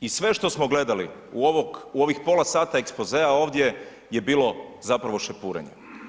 I sve što smo gledali u ovih pola sata ekspozea ovdje je bilo zapravo šepurenje.